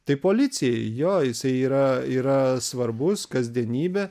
tai policijai jo jisai yra yra svarbus kasdienybė